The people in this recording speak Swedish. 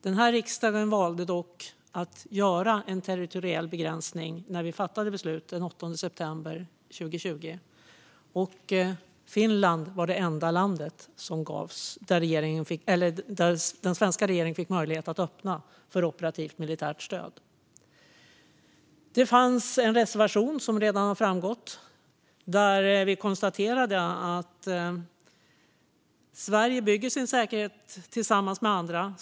Vår riksdag valde dock att göra en territoriell begränsning när vi fattade beslut den 8 september 2020. Finland var det enda land för vilket den svenska regeringen fick möjlighet att öppna för operativt militärt stöd. Som redan har framgått fanns det en reservation i vilken vi konstaterade att Sverige bygger sin säkerhet tillsammans med andra.